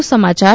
વધુ સમાચાર